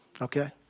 okay